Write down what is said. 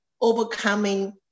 overcoming